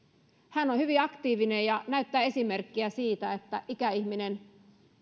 hän on hyvin aktiivinen ja näyttää esimerkkiä siitä että ikäihminen